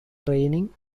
training